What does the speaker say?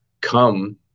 come